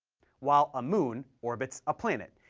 while a moon orbits a planet,